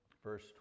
Verse